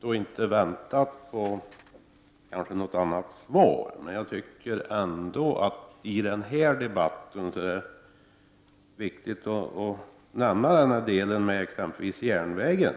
kanske inte väntat mig något annat svar än det jag fick, men jag tycker ändå att det i denna debatt är viktigt att nämna frågan om järnvägen.